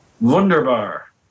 Wunderbar